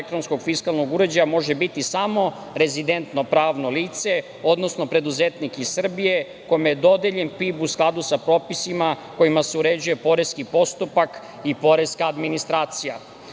elektronskog fiskalnog uređaja može biti samo rezidentno pravno lice, odnosno preduzetnik iz Srbije kome je dodeljen PIB u skladu sa popisima kojima se uređuje poreski postupak i poreska administracija. Sve